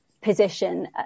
position